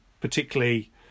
particularly